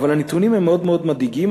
הנתונים הם מאוד מאוד מדאיגים,